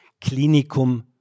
Klinikum